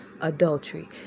adultery